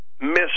miss